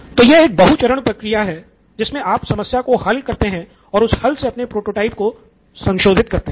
तो यह एक बहु चरण प्रक्रिया है जिसमे आप समस्या को हल करते हैं और उस हल से अपने प्रोटोटाइप को संशोधित करते हैं